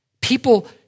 People